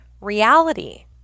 reality